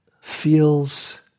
feels